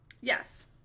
Yes